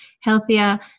healthier